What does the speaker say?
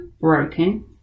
broken